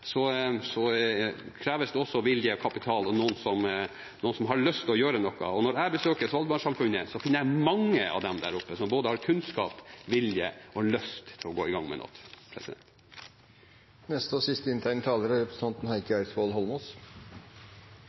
kreves det også vilje, kapital og noen som har lyst til å gjøre noe. Når jeg besøker Svalbard-samfunnet, finner jeg mange av dem der oppe som både har kunnskap, vilje og lyst til å gå i gang med noe. Jeg står her med et oppslag i Adressa fra i dag som viser den siste